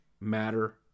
matter